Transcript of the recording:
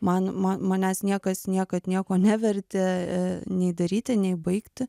man ma manęs niekas niekad nieko nevertė nei daryti nei baigti